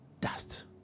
dust